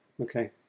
Okay